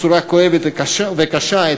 אם כך קורה במגרש המשחקים,